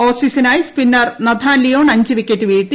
Aussie സിനായി spinner Nathan Lyon അഞ്ച് wicket വീഴ്ത്തി